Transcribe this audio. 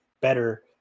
better